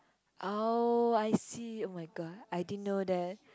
oh I see oh-my-God I didn't know that